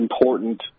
important